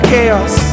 Chaos